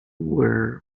wear